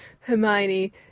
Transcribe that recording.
Hermione